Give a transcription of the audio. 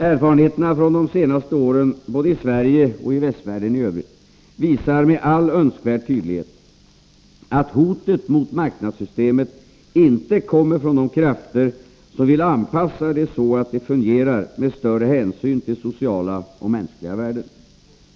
Erfarenheterna från de senaste åren — både i Sverige och i västvärlden i Övrigt — visar med all önskvärd tydlighet att hotet mot marknadssystemet inte kommer från de krafter som vill anpassa marknadsekonomin så att den fungerar med större hänsyn till sociala och mänskliga värden.